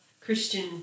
Christian